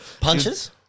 Punches